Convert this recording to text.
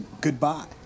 goodbye